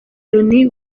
loni